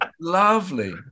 Lovely